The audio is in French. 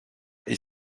est